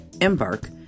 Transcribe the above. Embark